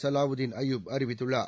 சலாவுதீன் அய்யூப் அறிவித்துள்ளார்